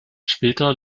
später